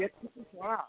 rate তো একটু চড়া